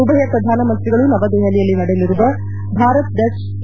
ಉಭಯ ಪ್ರಧಾನಮಂತ್ರಿಗಳು ನವದೆಹಲಿಯಲ್ಲಿ ನಡೆಯಲಿರುವ ಭಾರತ ಡೆಚ್ ಸಿ